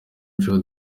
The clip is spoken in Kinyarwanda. joe